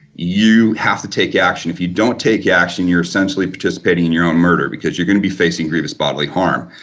you have to take action, if you don't take the action you're essentially participating in your own murder because you're going to be facing grievous bodily harm.